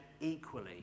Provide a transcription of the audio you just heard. equally